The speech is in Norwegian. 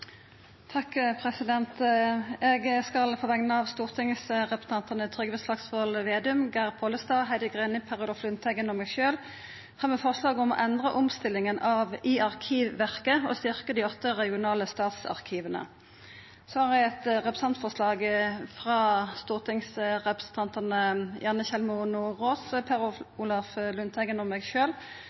Eg skal på vegner av stortingsrepresentantane Trygve Slagsvold Vedum, Geir Pollestad, Heidi Greni, Per Olaf Lundteigen og meg sjølv fremja forslag om å endra omstillinga i Arkivverket og styrkja dei åtte regionale statsarkiva. Så har eg eit representantforslag frå stortingsrepresentantane Janne Sjelmo Nordås, Per Olaf Lundteigen, Geir Inge Lien og meg